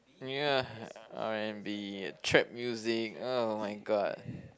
ya R and B trap music oh my god